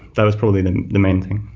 that was probably the the main thing.